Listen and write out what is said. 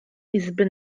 izby